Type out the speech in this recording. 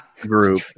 group